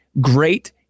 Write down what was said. great